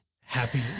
Happy